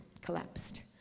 collapsed